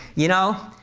you know,